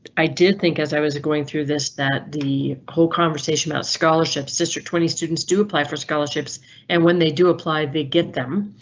i do think as i was going through this that the whole conversation about scholarships sister twenty students. to apply for scholarships and when they do apply they get them.